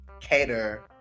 cater